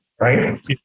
Right